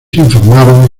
informaron